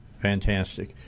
fantastic